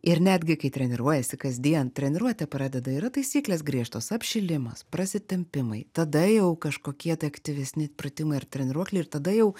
ir netgi kai treniruojasi kasdien treniruotę pradeda yra taisyklės griežtos apšilimas prasitempimai tada jau kažkokie tai aktyvesni pratimai ar treniruokliai ir tada jau